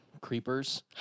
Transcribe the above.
creepers